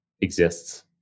exists